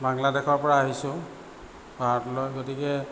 বাংলাদেশৰ পৰা আহিছোঁ ভাৰতলৈ গতিকে